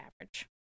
average